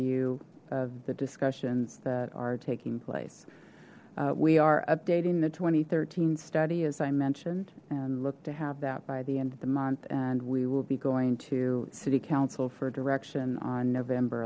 seiu of the discussions that are taking place we are updating the two thousand and thirteen study as i mentioned and look to have that by the end of the month and we will be going to city council for direction on november